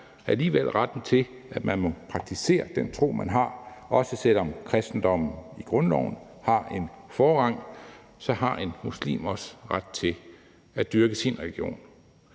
alligevel retten til, at man må praktisere den tro, man har. Også selv om kristendommen har en forrang i grundloven, så har en muslim også ret til at dyrke sin religion.